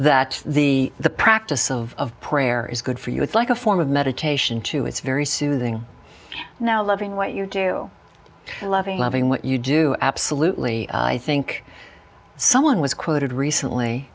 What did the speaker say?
the the practice of prayer is good for you it's like a form of meditation too it's very soothing now loving what you do loving loving what you do absolutely i think someone was quoted recently